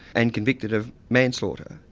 and convicted of manslaughter.